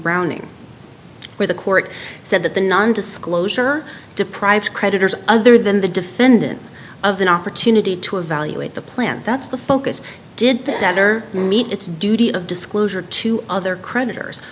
browning where the court said that the non disclosure deprives creditors other than the defendant of an opportunity to evaluate the plan that's the focus did the debtor meet its duty of disclosure to other creditors